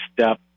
step